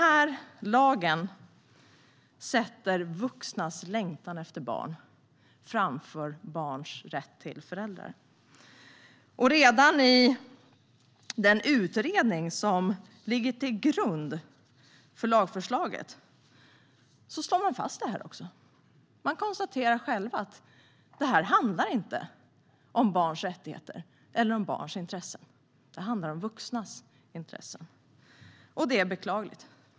Denna lag sätter vuxnas längtan efter barn framför barns rätt till föräldrar. Redan i den utredning som ligger till grund för lagförslaget slår man också fast detta. Man konstaterar att detta inte handlar om barns rättigheter eller om barns intressen. Det handlar om vuxnas intressen. Det är beklagligt.